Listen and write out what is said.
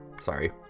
Sorry